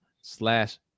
slash